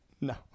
No